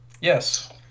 Yes